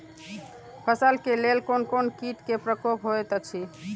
फसल के लेल कोन कोन किट के प्रकोप होयत अछि?